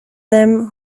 them